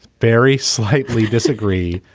very slightly disagree,